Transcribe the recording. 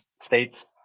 states